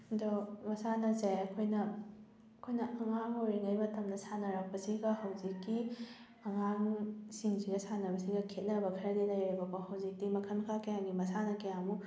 ꯑꯗꯣ ꯃꯁꯥꯟꯅꯁꯦ ꯑꯩꯈꯣꯏꯅ ꯑꯩꯈꯣꯏꯅ ꯑꯉꯥꯡ ꯑꯣꯏꯔꯤꯉꯩ ꯃꯇꯝꯗ ꯁꯥꯟꯅꯔꯛꯄꯁꯤꯒ ꯍꯧꯖꯤꯛꯀꯤ ꯑꯉꯥꯡꯁꯤꯡꯁꯤꯒ ꯁꯥꯟꯅꯕꯁꯤꯒ ꯈꯦꯠꯅꯕ ꯈꯔꯗꯤ ꯂꯩꯔꯦꯕꯀꯣ ꯍꯧꯖꯤꯛꯇꯤ ꯃꯈꯜ ꯃꯈꯥ ꯀꯌꯥꯒꯤ ꯃꯁꯥꯟꯅ ꯀꯌꯥꯃꯨꯛ